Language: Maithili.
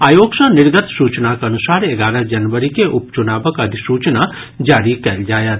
आयोग सॅ निर्गत सूचनाक अनुसार एगारह जनवरी के उपचुनावक अधिसूचना जारी कयल जायत